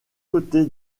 côté